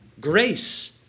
grace